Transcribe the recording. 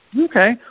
Okay